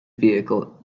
vehicle